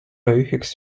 üheks